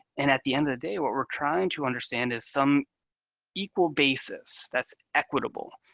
and at the end of the day, what we're trying to understand is some equal basis that's equitable.